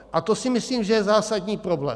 A to si myslím, že je zásadní problém.